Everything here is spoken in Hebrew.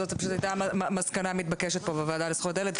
זו הייתה המסקנה המתבקשת פה בוועדה לזכויות הילד,